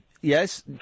Yes